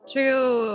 True